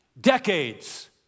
decades